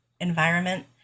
environment